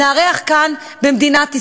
נארח כאן במדינת ישראל.